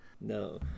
No